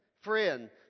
friend